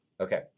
Okay